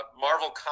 Marvel